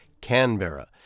Canberra